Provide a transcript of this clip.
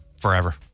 Forever